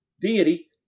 deity